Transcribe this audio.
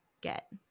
get